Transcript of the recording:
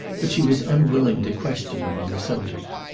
but she was unwilling to question them on the subject.